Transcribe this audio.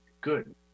Good